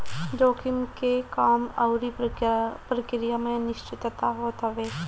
जोखिम के काम अउरी प्रक्रिया में अनिश्चितता होत हवे